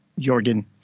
Jorgen